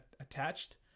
attached